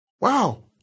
Wow